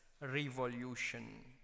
revolution